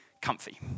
comfy